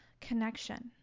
connection